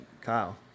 kyle